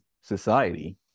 society